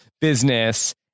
business